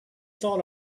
thought